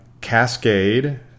Cascade